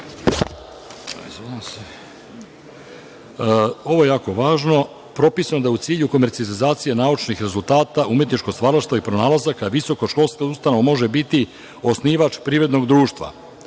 je jako važno. Propisano je da je u cilju komercijalizacije naučnih rezultata, umetnički stvaralaštvo i pronalazaka visokoškolska ustanova može biti osnivač privrednog društva,